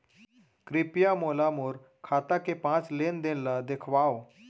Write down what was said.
कृपया मोला मोर खाता के पाँच लेन देन ला देखवाव